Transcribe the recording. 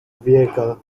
vehicle